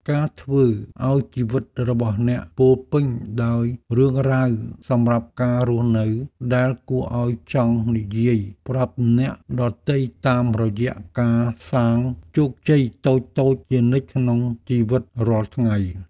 ការធ្វើឱ្យជីវិតរបស់អ្នកពោរពេញដោយរឿងរ៉ាវសម្រាប់ការរស់នៅដែលគួរឱ្យចង់និយាយប្រាប់អ្នកដទៃតាមរយៈការសាងជោគជ័យតូចៗជានិច្ចក្នុងជីវិតរាល់ថ្ងៃ។